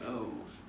oh